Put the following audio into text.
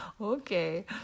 Okay